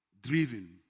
Driven